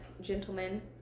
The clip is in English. gentlemen